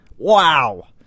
Wow